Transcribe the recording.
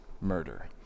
murder